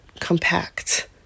compact